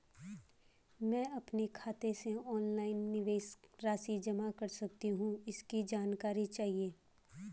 मैं अपने खाते से ऑनलाइन निवेश राशि जमा कर सकती हूँ इसकी जानकारी चाहिए?